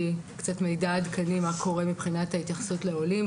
קצת מידע עדכני מה קורה מבחינת ההתייחסות לעולים.